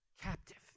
captive